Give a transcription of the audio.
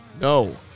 No